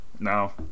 No